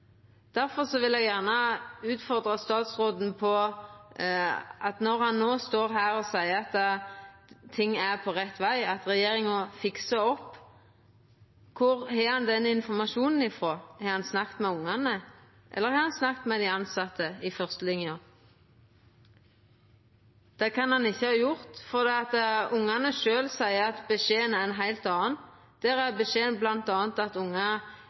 vil eg gjerne utfordra statsråden: Når han no står her og seier at ting er på rett veg, at regjeringa fiksar opp, kvar har han den informasjonen frå? Har han snakka med ungane? Eller har han snakka med dei tilsette i førstelinja? Det kan han ikkje ha gjort, for ungane sjølve seier at beskjeden er ein heilt annan. Der er beskjeden bl.a. at